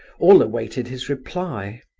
all awaited his reply.